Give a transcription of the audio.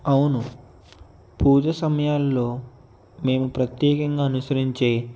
అవును పూజ సమయాలల్లో మేము ప్రత్యేకంగా అనుసరించే